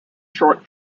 short